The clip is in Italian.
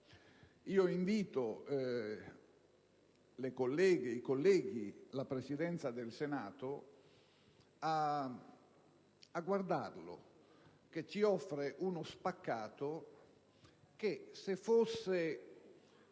colleghe, i colleghi e la Presidenza del Senato a guardarlo, perché ci offre uno spaccato che, se fosse